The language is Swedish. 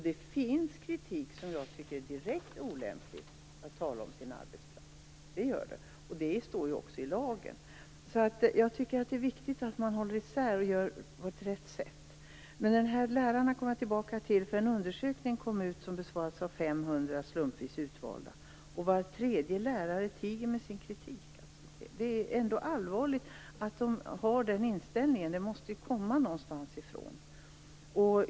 Det finns kritik som jag tycker är direkt olämplig när man talar om sin arbetsplats, och det står ju också i lagen. Jag tycker att det är viktigt att man håller isär detta och gör på rätt sätt. Jag kommer tillbaka till lärarna. En undersökning har kommit ut, där 500 slumpvis utvalda har svarat. Var tredje lärare tiger med sin kritik. Det är ändå allvarligt att man har den inställningen. Den måste ju komma någonstans ifrån.